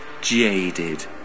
jaded